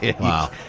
Wow